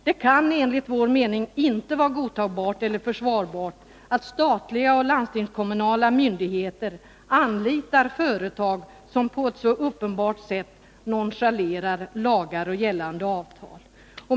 Det kan enligt vår mening inte vara godtagbart eller försvarbart att statliga och landstingskommunala myndigheter anlitar företag som på ett så uppenbart sätt nonchalerar lagar och gällande avtal.